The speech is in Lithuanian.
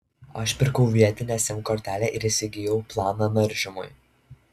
aš pirkau vietinę sim kortelę ir įsigijau planą naršymui